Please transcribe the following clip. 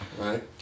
Right